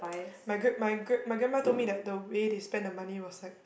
my great my great my grandma told me that the way they spent the money was like